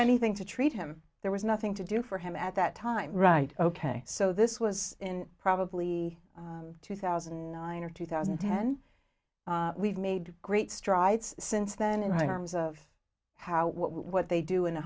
anything to treat him there was nothing to do for him at that time right ok so this was in probably two thousand and nine or two thousand and ten we've made great strides since then in harms of how what they do in